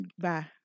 bye